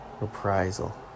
Reprisal